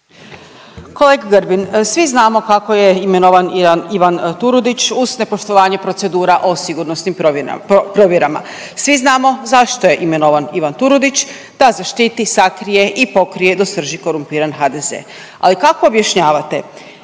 Kolega Grbin, svi znamo kako je imenovan Ivan Turudić uz nepoštovanje procedura o sigurnosnim provjerama. Svi znamo zašto je imenovan Ivan Turudić da zaštiti, sakrije i pokrije do srži korumpiran HDZ. Ali kako objašnjavate